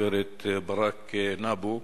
הגברת ברק-נבו,